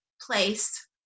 place